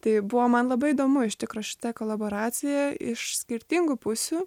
tai buvo man labai įdomu iš tikro šita kolaboracija iš skirtingų pusių